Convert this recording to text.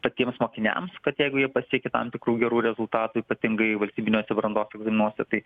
patiems mokiniams kad jeigu jie pasiekė tam tikrų gerų rezultatų ypatingai valstybiniuose brandos egzaminuose tai